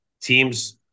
Teams